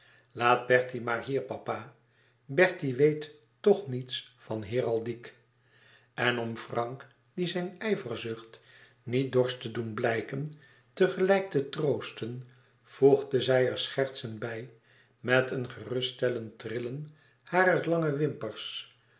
bertie maar hier papa bertie weet toch niets van heraldiek en om frank die zijn ijverzucht niet dorst te doen blijken tegelijk te troosten voegde zij er schertsend bij met een geruststellend trillen harer lange wimpers